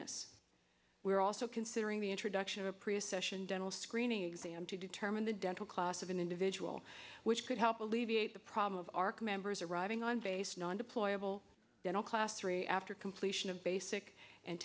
ss we are also considering the introduction of a precession dental screening exam to determine the dental class of an individual which could help alleviate the problem of arc members arriving on base not deployable dental class three after completion of basic and